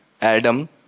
Adam